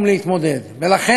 לכן, אדוני השר,